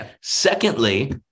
Secondly